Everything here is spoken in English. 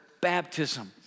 baptism